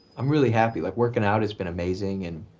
i'm really happy like working out, it's been amazing. and